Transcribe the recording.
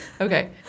Okay